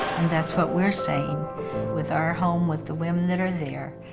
that's what we're saying with our home, with the women that are there,